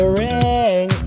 ring